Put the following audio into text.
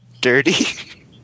dirty